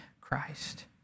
Christ